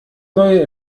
neue